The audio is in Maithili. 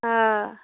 हँ